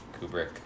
Kubrick